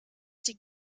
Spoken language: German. die